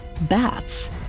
bats